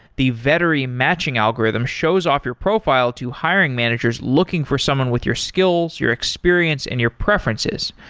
the vettery matching algorithm shows off your profile to hiring managers looking for someone with your skills, your experience and your preferences,